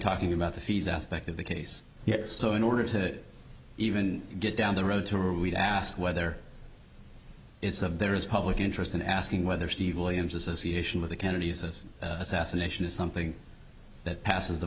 talking about the fees aspect of the case so in order to even get down the road to or we've asked whether it's of there is a public interest in asking whether steve williams association with the kennedys this assassination is something that passes the